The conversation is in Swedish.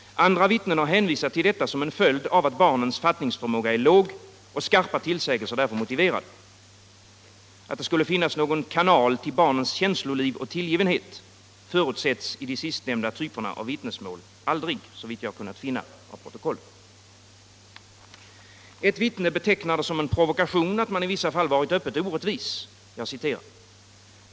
Andra vittnen har hänvisat till detta som en följd av att barnens fattningsförmåga är låg och skarpa tillsägelser därför motiverade. Att det skulle finnas någon kanal till barnens känsloliv och tillgivenhet förutsätts i de sistnämnda typerna av vittnesmål aldrig, såvitt jag har kunnat finna av protokollet. Ett vittne betecknar det som en provokation att man i vissa fall har varit öppet orättvis.